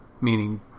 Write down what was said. Meaning